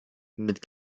mit